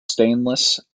stainless